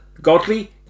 godly